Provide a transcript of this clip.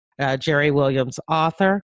jerrywilliamsauthor